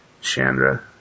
Chandra